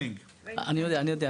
אני יודע, אני יודע.